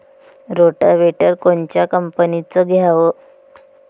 Rotavator कोनच्या कंपनीचं घ्यावं?